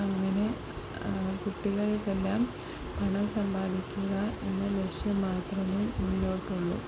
അങ്ങനെ കുട്ടികൾക്കെല്ലാം പണം സമ്പാദിക്കുക എന്ന ലക്ഷ്യം മാത്രമേ ഉള്ളിലോട്ടുള്ളൂ